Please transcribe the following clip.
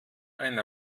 ein